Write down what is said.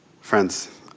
Friends